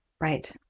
Right